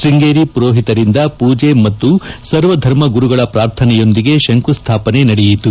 ಶ್ಲಂಗೇರಿ ಮರೋಹಿತರಿಂದ ಪೂಜೆ ಮತ್ತು ಸರ್ವಧರ್ಮ ಗುರುಗಳ ಪಾರ್ಥನೆಯೊಂದಿಗೆ ಶಂಕುಸ್ಲಾವನೆ ನಡೆಯಿತು